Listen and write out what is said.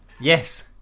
yes